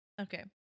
Okay